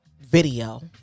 video